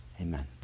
Amen